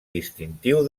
distintiu